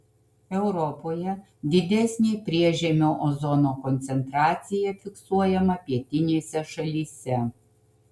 europoje didesnė priežemio ozono koncentracija fiksuojama pietinėse šalyse